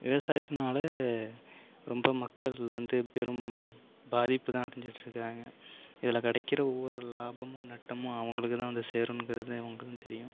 விவசாயத்துனால் ரொம்ப மக்கள் வந்து பெரும் பாதிப்பு தான் அடைஞ்சுட்டு இருக்காங்க இதில் கிடைக்கிற ஒவ்வொரு லாபமும் நஷ்டமும் அவர்களுக்கு தான் வந்து சேரும்ங்கிறதும் அவர்களுக்கு தான் தெரியும்